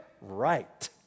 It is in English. Right